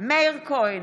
מאיר כהן,